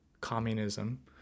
communism